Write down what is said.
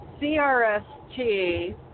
CRST